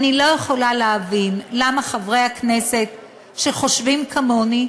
אני לא יכולה להבין למה חברי הכנסת שחושבים כמוני,